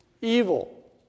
evil